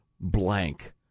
blank